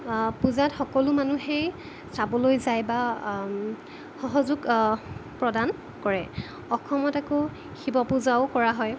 পূজাত সকলো মানুহেই চাবলৈ যায় বা সহযোগ প্ৰদান কৰে অসমত আকৌ শিৱ পূজাও কৰা হয়